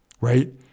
right